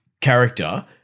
character